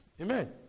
Amen